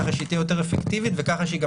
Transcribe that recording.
כך שהיא תהיה יותר אפקטיבית וכך שהיא גם